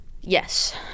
Yes